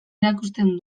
erakusten